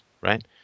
right